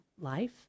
life